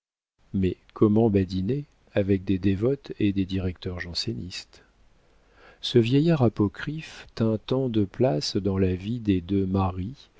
mais comment badiner avec des dévotes et des directeurs jansénistes ce vieillard apocryphe tint tant de place dans la vie des